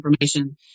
information